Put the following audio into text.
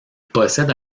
possède